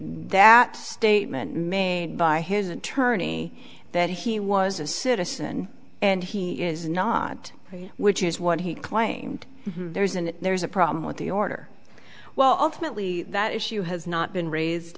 that statement made by his attorney that he was a citizen and he is not which is what he claimed there is and there's a problem with the order well ultimately that issue has not been raised